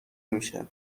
میشه